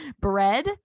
bread